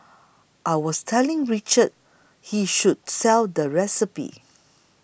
I was telling Richard he should sell the recipe